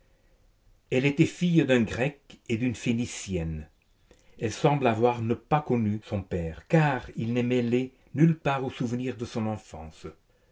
elle était fille d'un grec et d'une phénicienne elle semble n'avoir pas connu son père car il n'est mêlé nulle part aux souvenirs de son enfance